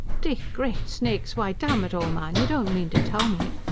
dick great snakes! why, damn it all, man, you don't mean to tell me.